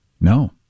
No